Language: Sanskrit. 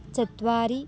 चत्वारि